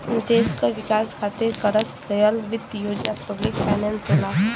देश क विकास खातिर करस गयल वित्त योजना पब्लिक फाइनेंस होला